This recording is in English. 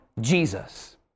Jesus